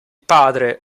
padre